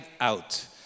out